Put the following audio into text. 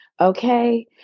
Okay